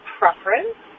preference